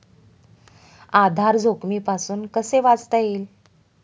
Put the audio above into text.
आधार जोखमीपासून कसे वाचता येईल?